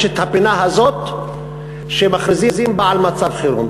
יש הפינה הזאת שמכריזים בה על מצב חירום.